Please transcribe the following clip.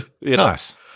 nice